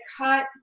cut